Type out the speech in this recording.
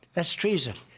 that's treason.